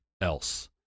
else